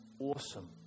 Awesome